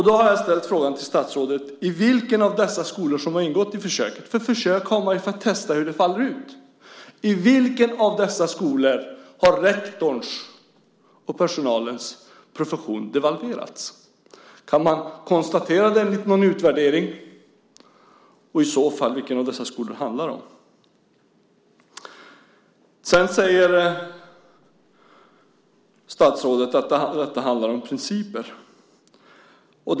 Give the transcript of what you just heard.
Då har jag ställt frågan till statsrådet: I vilken av dessa skolor som har ingått i försöket för att testa hur detta faller ut har rektorns och personalens profession devalverats? Kan man konstatera det enligt någon utvärdering? I så fall, vilken av dessa skolor handlar det om? Sedan säger statsrådet att detta handlar om principer.